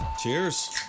Cheers